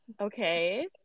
Okay